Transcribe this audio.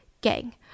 gang